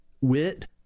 wit